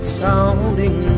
sounding